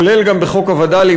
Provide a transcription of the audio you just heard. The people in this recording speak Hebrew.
כולל גם בחוק הווד"לים,